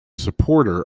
supporter